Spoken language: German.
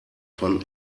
von